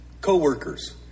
Coworkers